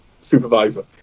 supervisor